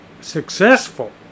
successful